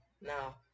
no